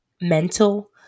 mental